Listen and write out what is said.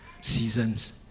seasons